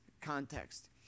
context